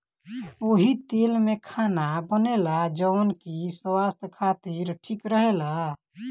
ओही तेल में खाना बनेला जवन की स्वास्थ खातिर ठीक रहेला